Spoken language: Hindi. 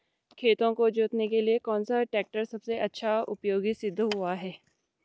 खेतों को जोतने के लिए कौन सा टैक्टर सबसे अच्छा उपयोगी सिद्ध हुआ है?